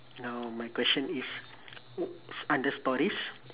now my question is o~ is under stories